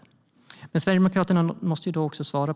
Men här måste också Sverigedemokraterna svara.